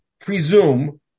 presume